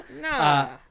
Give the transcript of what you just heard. No